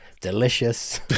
delicious